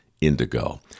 indigo